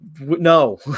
no